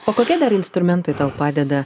o kokie dar instrumentai tau padeda